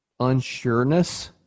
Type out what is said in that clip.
unsureness